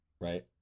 Right